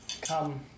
Come